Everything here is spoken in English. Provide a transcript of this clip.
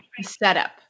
setup